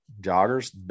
joggers